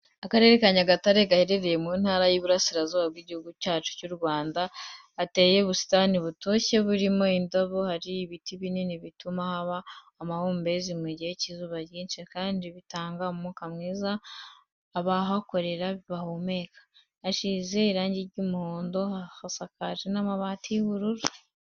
Akarere ka Nyagatare gaherereye mu ntara y'Iburengerazuba bw'igihugu cyacu cyu Rwanda, hateye ubusitani butoshye burimo indabo, hari n'ibiti binini bituma haba amahumbezi mu gihe cy'izuba ryinshi, kandi bigatanga umwuka mwiza abahakorera bahumeka. Hasize irangi ry'umuhondo, hanasakaje amabati y'ubururu.